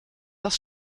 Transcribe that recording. das